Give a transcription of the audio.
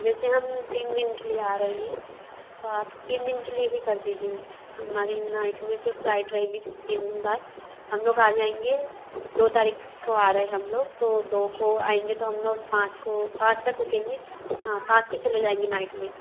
वैसे हम तीन दिन के लिए आ रहे हैं तो आप तीन दिन के लिए ही कर दीजिए हमारी नाइट में भी फ्लाइट रहेगी तीन दिन बाद हम लोग आ जाएंगे दो तारीख़ को आ रहे हम लोग तो दो को आएंगे तो हम लोग पाँच को पाँच तक रुकेंगे हाँ पाँच को चले जाएंगे नाइट में